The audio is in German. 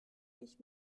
ich